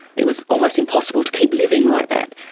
it was almost impossible to keep living like that.